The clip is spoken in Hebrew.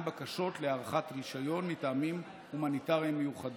בקשות להארכת רישיון מטעמים הומניטריים מיוחדים.